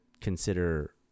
consider